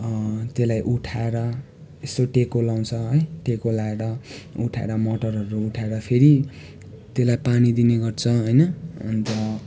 त्यसलाई उठाएर यसो टेको लगाउँछ है टेको लगाएर उठाएर मटरहरू उठाएर फेरि त्यसलाई पानी दिने गर्छ होइन अन्त